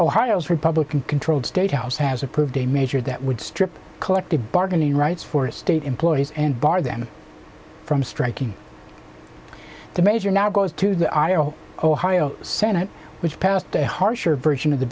ohio's republican controlled state house has approved a measure that would strip collective bargaining rights for state employees and bar them from striking the major now goes to the ira ohio senate which passed a harsher version of the